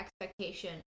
expectation